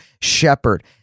shepherd